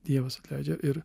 dievas atleidžia ir